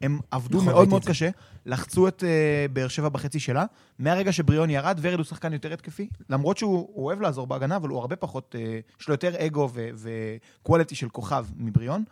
הם עבדו מאוד מאוד קשה, לחצו את באר שבע בחצי שלה, מהרגע שבריון ירד, ורד הוא שחקן יותר התקפי, למרות שהוא אוהב לעזור בהגנה, אבל הוא הרבה פחות... יש לו יותר אגו וקואלטי של כוכב מבריון.